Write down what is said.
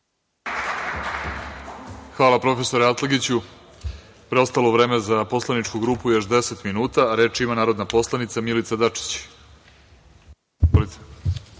Hvala, profesore Atlagiću. Preostalo vreme za poslaničku grupu još 10 minuta. Reč ima narodna poslanica Milica